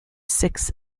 six